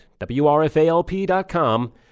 WRFALP.com